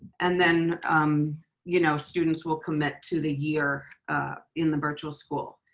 and then um you know students will commit to the year in the virtual school.